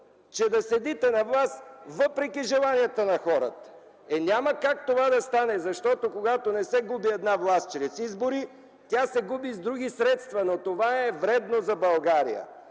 че да седите на власт, въпреки желанието на хората. Е, няма как това да стане, защото когато една власт не се губи чрез избори, се губи с други средства, но това е вредно за България.